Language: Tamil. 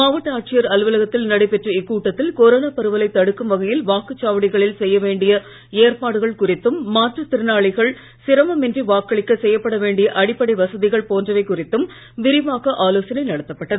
மாவட்ட ஆட்சியர் அலுவலகத்தில் நடைபெற்ற இக்கூட்டத்தில் கொரோனா பரவலை தடுக்கும் வகையில் வாக்குச் சாவடிகளில் செய்ய வேண்டிய ஏற்பாடுகள் குறித்தும் மாற்றுத் திறனாளிகள் சிரமமின்றி வாக்களிக்க செய்யப்பட வேண்டிய அடிப்படை வசதிகள் போன்ற குறித்து விரிவாக ஆலோசனை நடத்தப்பட்டது